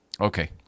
Okay